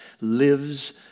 lives